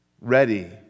ready